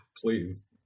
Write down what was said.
Please